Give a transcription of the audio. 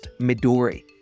Midori